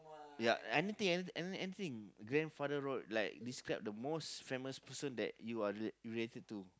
ya anything any any anything grandfather road like describe the most famous person that you are re~ related to